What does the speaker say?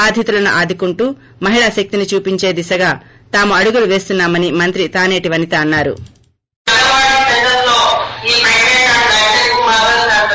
బాధితులను ఆదుకుంటూ మహిళాశక్తిని చూపించే దిశగా తాము అడుగులు పేస్తున్నా మని మంత్రి తాసేటి వనిత అన్నా రు